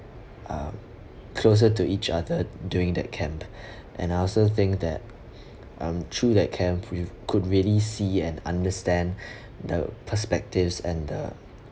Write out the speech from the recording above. um closer to each other during that camp and I also think that um through that camp we've could really see and understand the perspectives and the